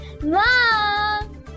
Mom